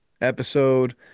episode